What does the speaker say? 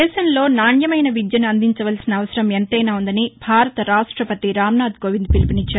దేశంలో నాణ్యమైన విద్యను అందించవలసిన అవసరం ఎంతైనా ఉందని భారత రాష్టపతి రామ్నాథ్కోవింద్ పిలుపునిచ్చారు